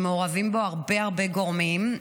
שמעורבים בו הרבה גורמים.